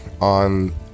on